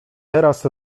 teraz